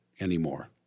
anymore